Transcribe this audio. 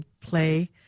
play